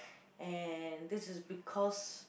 and this is because